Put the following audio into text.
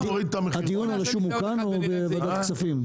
הדיון על השום הוא כאן או בוועדת כספים?